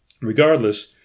Regardless